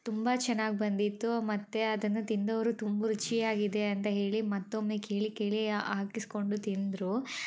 ತುಂಬ ಚೆನ್ನಾಗಿ ಬಂದಿತ್ತು ಮತ್ತು ಅದನ್ನು ತಿಂದವರು ತುಂಬ ರುಚಿಯಾಗಿದೆ ಅಂತ ಹೇಳಿ ಮತ್ತೊಮ್ಮೆ ಕೇಳಿ ಕೇಳಿ ಹಾಕಿಸಿಕೊಂಡು ತಿಂದರು